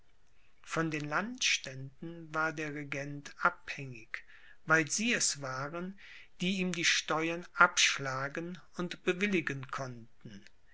von den landständen war der regent abhängig weil sie es waren die ihm die steuern abschlagen und bewilligen konnten